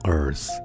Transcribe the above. Earth